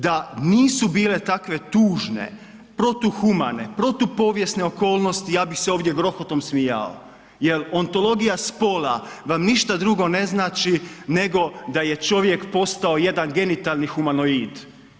Da nisu bile takve tužne, protuhumane, protupovijesne okolnosti ja bi se ovdje grohotom smijao jer ontologija spola vam ništa drugo ne znači nego da je čovjek postao jedan genitalni humanoid.